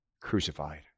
crucified